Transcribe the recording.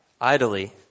idly